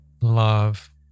love